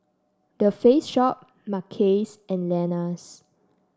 The Face Shop Mackays and Lenas